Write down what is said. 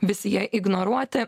visi jie ignoruoti